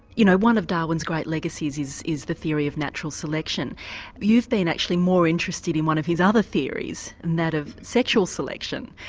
you know one of darwin's great legacies is the theory of natural selection you've been actually more interested in one of his other theories and that of sexual selection.